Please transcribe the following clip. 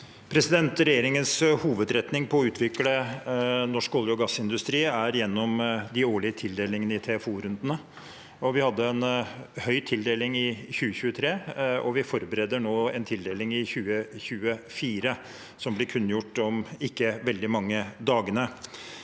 Regjeringens ho- vedretning når det gjelder å utvikle norsk olje- og gassindustri, er gjennom de årlige tildelingene i TFO-rundene. Vi hadde en høy tildeling i 2023, og vi forbereder nå en tildeling i 2024, som blir kunngjort om ikke veldig mange dager.